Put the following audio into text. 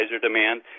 demand